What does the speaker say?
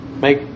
make